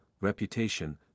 reputation